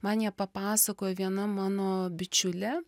man ją papasakojo viena mano bičiulė